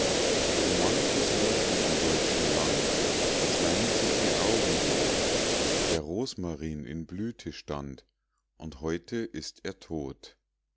so manches mädchen im deutschen land das weint sich die augen rot der rosmarin in blüte stand und heute ist er tot